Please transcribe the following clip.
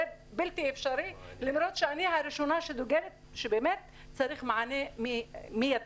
זה בלתי אפשרי למרות שאני הראשונה שדוגלת שבאמת צריך מענה מידי